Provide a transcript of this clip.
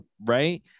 Right